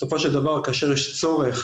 בסופו של דבר כאשר יש צורך